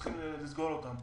ונצטרך לסגור אותם.